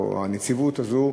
או הנציבות הזאת,